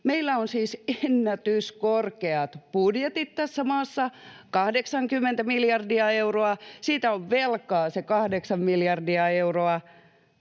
meillä on siis ennätyskorkeat budjetit tässä maassa — 80 miljardia euroa, siitä on velkaa 8 miljardia euroa